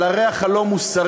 על הריח הלא-מוסרי,